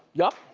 yup.